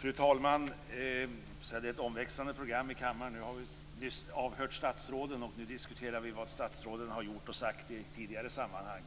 Fru talman! Det är ett omväxlande program i kammaren. Vi har nyss avhört statsråden, och nu diskuterar vi konstitutionsutskottets betänkande om vad statsråden har gjort och sagt i tidigare sammanhang. Låt